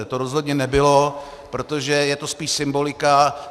To rozhodně nebylo, protože je to spíše symbolika.